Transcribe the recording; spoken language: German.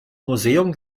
museum